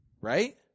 Right